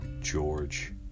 George